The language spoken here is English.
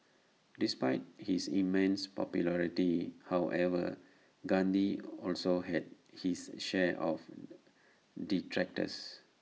despite his immense popularity however Gandhi also had his share of detractors